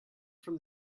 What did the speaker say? from